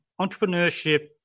entrepreneurship